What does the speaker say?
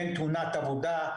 תאונת עבודה.